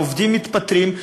העובדים מתפטרים,